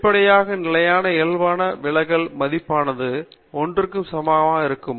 வெளிப்படையாக நிலையான இயல்புநிலைக்கான விலகல் மதிப்பானது 1 க்கு சமமாக இருக்கும்